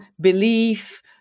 belief